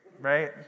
right